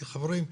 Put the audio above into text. כי חברים,